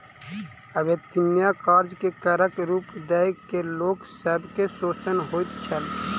अवेत्निया कार्य के करक रूप दय के लोक सब के शोषण होइत छल